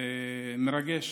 והמרגש.